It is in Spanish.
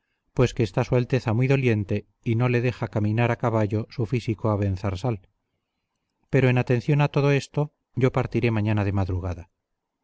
pues que está su alteza muy doliente y no le deja caminar a caballo su físico abenzarsal pero en atención a todo esto yo partiré mañana de madrugada